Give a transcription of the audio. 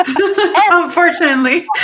unfortunately